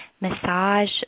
massage